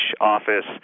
office